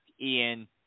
Ian